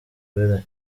uwera